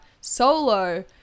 Solo